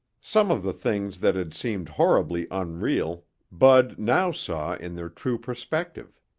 some of the things that had seemed horribly unreal bud now saw in their true perspective.